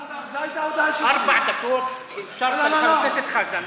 אחר כך ארבע דקות אפשרת לחבר הכנסת חזן,